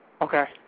Okay